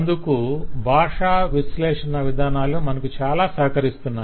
అందుకు భాషా విశ్లేషణ విధానాలు మనకు చాలా సహకరిస్తున్నాయి